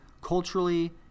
culturally